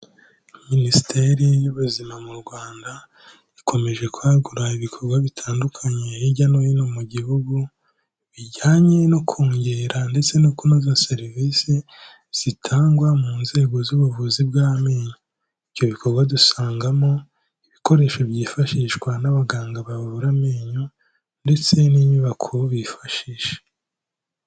Minisiteri y'ubuzima mu Rwanda, ikomeje kwagura ibikorwa bitandukanye hirya no hino mu gihugu, bijyanye no kongera ndetse no kunoza serivisi, zitangwa mu nzego z'ubuvuzi bw'amenyo. Ibyo bikorwa dusangamo: ibikoresho byifashishwa n'abaganga bavura amenyo ndetse n'inyubako bifashisha.